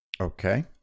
Okay